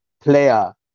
player